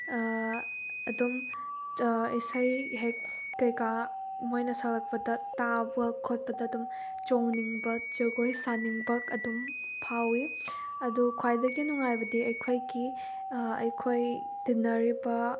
ꯑꯗꯨꯝ ꯏꯁꯩ ꯍꯦꯛ ꯀꯩꯀꯥ ꯃꯣꯏꯅ ꯁꯛꯂꯛꯄꯗ ꯇꯥꯕ ꯈꯣꯠꯄꯗ ꯑꯗꯨꯝ ꯆꯣꯡꯅꯤꯡꯕ ꯖꯒꯣꯏ ꯁꯥꯅꯤꯡꯕ ꯑꯗꯨꯝ ꯐꯥꯎꯏ ꯑꯗꯨ ꯈ꯭ꯋꯥꯏꯗꯒꯤ ꯅꯨꯡꯉꯥꯏꯕꯗꯤ ꯑꯩꯈꯣꯏꯒꯤ ꯑꯩꯈꯣꯏ ꯇꯤꯟꯅꯔꯤꯕ